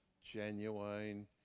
genuine